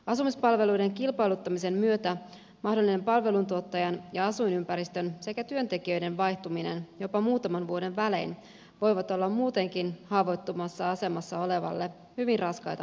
asumispalveluiden kilpailuttamisen myötä mahdollinen palveluntuottajan ja asuinympäristön sekä työntekijöiden vaihtuminen jopa muutaman vuoden välein voivat olla muutenkin haavoittuvassa asemassa olevalle hyvin raskaita muutoksia